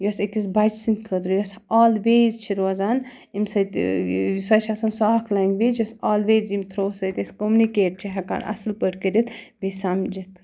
یوٚس أکِس بَچہِ سٕنٛدۍ خٲطرٕ یوٚس آلویز چھِ روزان امۍ سۭتۍ سۄ چھِ آسان سُہ اَکھ لٮ۪نٛگویج یوٚس آلویز یِم تھرٛوٗ سۭتۍ أسۍ کوٚمنِکیٹ چھِ ہیٚکان اَصٕل پٲٹھۍ کٔرِتھ بیٚیہِ سَمجھِتھ